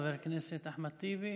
חבר הכנסת אחמד טיבי.